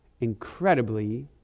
incredibly